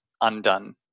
undone